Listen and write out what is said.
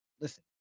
Listen